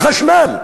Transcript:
ללא חשמל,